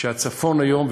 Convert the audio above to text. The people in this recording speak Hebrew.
שהצפון היום,